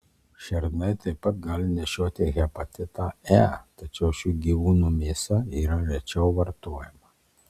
šernai taip pat gali nešioti hepatitą e tačiau šių gyvūnų mėsa yra rečiau vartojama